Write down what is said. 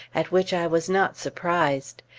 at which i was not surprised.